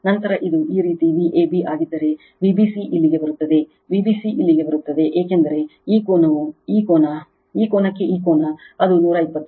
ನಂತರ ಇದು ಈ ರೀತಿಯ Vab ಆಗಿದ್ದರೆ Vbcಇಲ್ಲಿಗೆ ಬರುತ್ತದೆ Vbc ಇಲ್ಲಿಗೆ ಬರುತ್ತದೆ ಏಕೆಂದರೆ ಈ ಕೋನಕ್ಕೆ ಈ ಕೋನ ಅದು 120 o